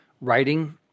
writing